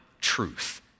truth